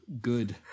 good